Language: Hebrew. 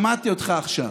שמעתי אותך עכשיו,